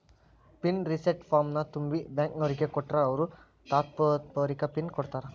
pin reset ಫಾರ್ಮ್ನ ತುಂಬಿ ಬ್ಯಾಂಕ್ನೋರಿಗ್ ಕೊಟ್ರ ಅವ್ರು ತಾತ್ಪೂರ್ತೆಕ ಪಿನ್ ಕೊಡ್ತಾರಾ